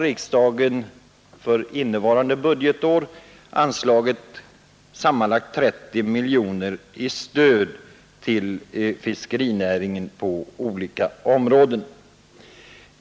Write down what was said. Riksdagen har för innevarande budgetår anslagit sammanlagt 30 miljoner i stöd till fiskerinäringen på olika områden.